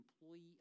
employee